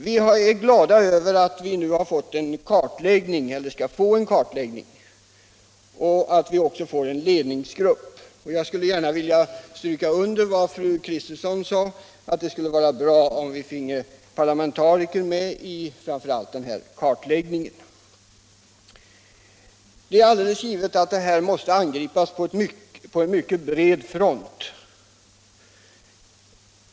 Vi är glada över att vi nu skall få en kartläggning och att vi även får en ledningsgrupp. Jag skulle gärna vilja stryka under vad fru Kristensson sade att det skulle vara bra om vi finge parlamentariker med, framför allt i den grupp som skall göra kartläggningen. Det är alldeles givet att de här problemen måste angripas på mycket bred front.